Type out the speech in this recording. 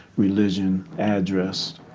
religion, address.